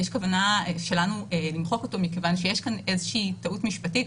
יש כוונה שלנו למחוק אותו מכיוון שיש כאן איזושהי טעות משפטית.